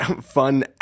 fun